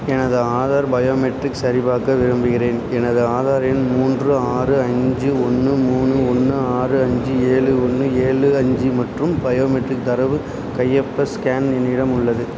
எனது ஆதார் பயோமெட்ரிக்ஸ் சரிபார்க்க விரும்புகிறேன் எனது ஆதார் எண் மூன்று ஆறு அஞ்சு ஒன்று மூணு ஒன்று ஆறு அஞ்சு ஏழு ஒன்று ஏழு அஞ்சு மற்றும் பயோமெட்ரிக் தரவு கையொப்ப ஸ்கேன் என்னிடம் உள்ளது